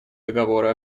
договора